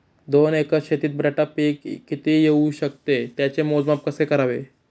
दोन एकर शेतीत बटाटा पीक किती येवू शकते? त्याचे मोजमाप कसे करावे?